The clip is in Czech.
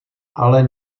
ale